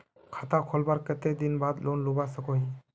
खाता खोलवार कते दिन बाद लोन लुबा सकोहो ही?